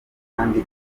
kandi